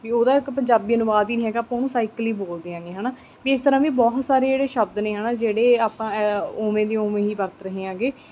ਵੀ ਉਹਦਾ ਇੱਕ ਪੰਜਾਬੀ ਅਨੁਵਾਦ ਹੀ ਨਹੀਂ ਹੈਗਾ ਆਪਾਂ ਉਹਨੂੰ ਸਾਈਕਲ ਹੀ ਬੋਲਦੇ ਹੈਗੇ ਹੈ ਨਾ ਵੀ ਇਸ ਤਰ੍ਹਾਂ ਵੀ ਬਹੁਤ ਸਾਰੇ ਜਿਹੜੇ ਸ਼ਬਦ ਨੇ ਹੈ ਨਾ ਜਿਹੜੇ ਆਪਾਂ ਉਵੇਂ ਦੇ ਉਵੇਂ ਹੀ ਵਰਤ ਰਹੇ ਹੈਗੇ